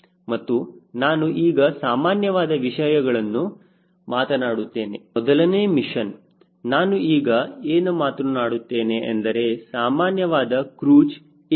ಮತ್ತು ನಾನು ಈಗ ಸಾಮಾನ್ಯವಾದ ವಿಷಯಗಳನ್ನು ಮಾತನಾಡುತ್ತೇನೆ ಮೊದಲನೇ ಮಿಷನ್ ನಾನು ಈಗ ಏನು ಮಾತನಾಡುತ್ತೇನೆ ಎಂದರೆ ಸಾಮಾನ್ಯವಾದ ಕ್ರೂಜ್ ಏನದು